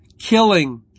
killing